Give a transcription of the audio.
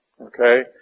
Okay